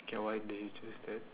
k why did you choose that